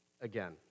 again